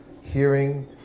hearing